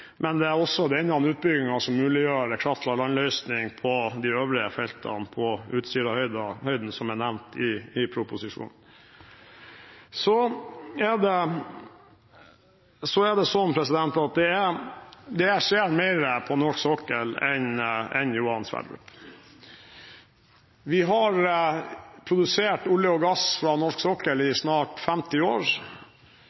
men det er også denne utbyggingen som muliggjør kraft-fra-land-løsning på de øvrige feltene på Utsirahøyden, som nevnt i proposisjonen. Det skjer mer på norsk sokkel enn Johan Sverdrup. Vi har produsert olje og gass fra norsk sokkel i snart 50 år,